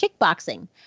kickboxing